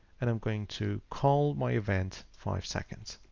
and i'm going to call my event five seconds.